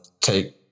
take